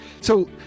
So-